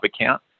account